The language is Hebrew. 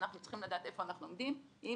אנחנו צריכים לדעת איפה אנחנו עומדים עם